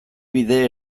bide